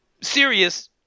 serious